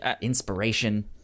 inspiration